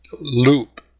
loop